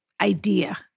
idea